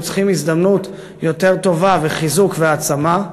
צריכות הזדמנות יותר טובה וחיזוק והעצמה,